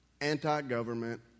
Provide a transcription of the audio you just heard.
anti-government